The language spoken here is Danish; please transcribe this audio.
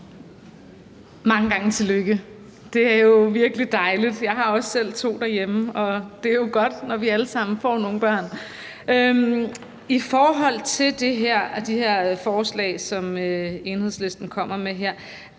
Mange gange tillykke. Det er jo virkelig dejligt. Jeg har også selv to derhjemme, og det er jo godt, når vi alle sammen får nogle børn. I forhold til det her forslag, som Enhedslisten kommer med, er